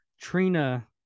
trina